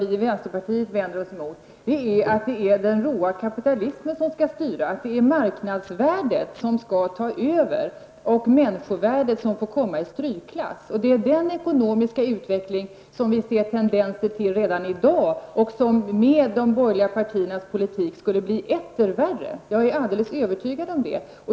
I vänsterpartiet vänder vi oss emot att den råa kapitalismen skall styra, att marknadsvärdet skall ta över och att människovärdet får komma i strykklass. Den ekonomiska utvecklingen ser vi tendenser till redan i dag. Med de borgerliga partiernas politik skulle den utvecklingen bli etter värre. Jag är övertygad om det.